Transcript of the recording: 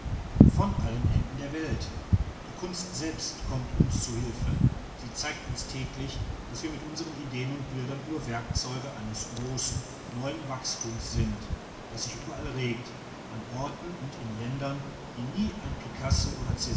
von allen enden der welt die kunst selbst kommt uns zu hilfe sie zeigt uns täglich daß wir mit unsern ideen und bildern nur werkzeug eines großen neuen wachstums sind das sich überall regt an orten und in ländern die nie einen picasso oder